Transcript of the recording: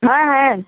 हाँ है